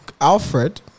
Alfred